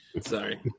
Sorry